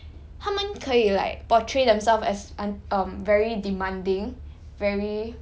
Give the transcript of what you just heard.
他们可以 like portray themselves as an um very demanding very